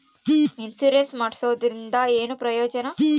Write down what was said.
Insurance ಮಾಡ್ಸೋದರಿಂದ ಏನು ಪ್ರಯೋಜನ?